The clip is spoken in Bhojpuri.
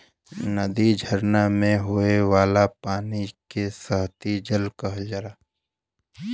नदी, झरना में होये वाला पानी के सतही जल कहल जाला